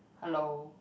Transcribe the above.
hello